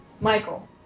michael